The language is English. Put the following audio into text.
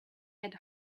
had